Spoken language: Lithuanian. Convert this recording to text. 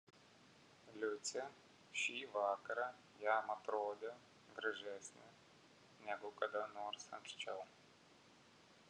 liucė šį vakarą jam atrodė gražesnė negu kada nors anksčiau